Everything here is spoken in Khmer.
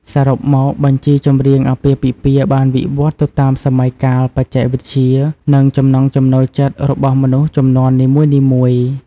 សរុបមក បញ្ជីចម្រៀងអាពាហ៍ពិពាហ៍បានវិវត្តន៍ទៅតាមសម័យកាល បច្ចេកវិទ្យា និងចំណង់ចំណូលចិត្តរបស់មនុស្សជំនាន់នីមួយៗ។